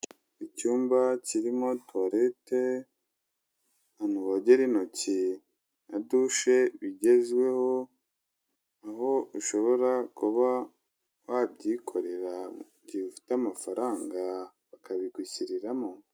Icyumba kirimo tuwarete, ahantu bogere intoki na dushe bigezweho, aho ushobora kuba wabyikorera mu gihe ufite amafaranga bakabigushyiriramo.